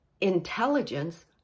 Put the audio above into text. intelligence